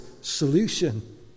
solution